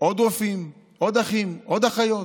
עוד רופאים, עוד אחים ועוד אחיות.